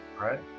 right